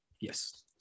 Yes